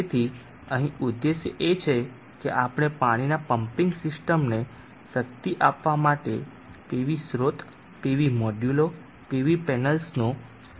તેથી અહીં ઉદ્દેશ એ છે કે આપણે પાણીના પંપીંગ સિસ્ટમને શક્તિ આપવા માટે PV સ્રોત PV મોડ્યુલો PV પેનલ્સનો ઉપયોગ કરવા માંગીએ છીએ